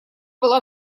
была